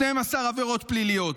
12 עבירות פליליות.